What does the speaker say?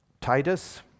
Titus